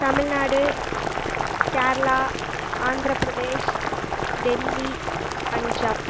Tamil Nadu Kerala Andhra Pradesh Delhi Punjab